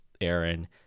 Aaron